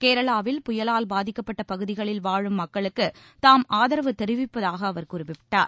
கேரளாவில் புயலால் பாதிக்கப்பட்ட பகுதிகளில் வாழும் மக்களுக்கு தாம் ஆதரவு தெரிவிப்பதாக அவர் குறிப்பிட்டார்